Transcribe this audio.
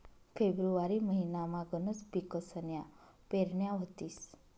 February महिनामा गनच पिकसन्या पेरण्या व्हतीस